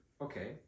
Okay